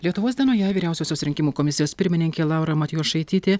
lietuvos dienoje vyriausiosios rinkimų komisijos pirmininkė laura matjošaitytė